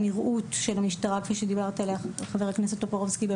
הנראות של המשטרה כפי שדיברת עליה חבר הכנסת טופורובסקי,